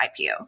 IPO